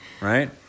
right